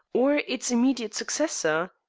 or its immediate successor.